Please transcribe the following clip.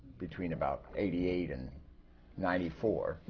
between about eighty eight and ninety four.